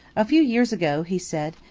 a few years ago, he said.